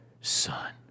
son